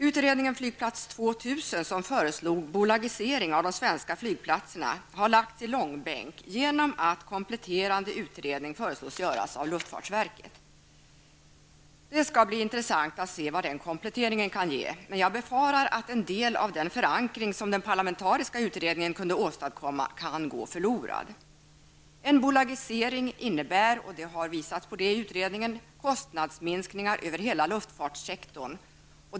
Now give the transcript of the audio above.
Utredningen Flygplats 2000, som föreslog bolagisering av de svenska flygplatserna, har lagts i långbänk genom att kompletterande utredning föreslås göras av luftfartsverket. Det skall bli intressant att se vad den kompletteringen kan ge, men jag befarar att en del av den förankring som den parlamentariska utredningen kunde åstadkomma kan gå förlorad. En bolagise ring innebär — det har visats i utredningen — kostnadsminskningar över hela luftfartssektorn.